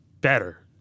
better